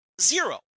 Zero